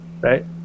right